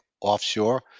offshore